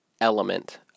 element